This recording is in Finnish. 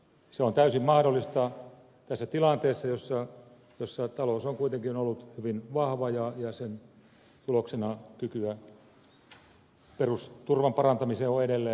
se on täysin mahdollista tässä tilanteessa jossa talous on kuitenkin ollut hyvin vahva ja sen tuloksena kykyä perusturvan parantamiseen on edelleen olemassa